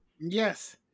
yes